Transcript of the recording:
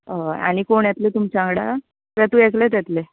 हय आनी कोण येतले तुमच्या वांगडा का तूं एकलेंत येतलें